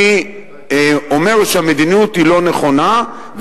אני אומר שהמדיניות היא לא נכונה,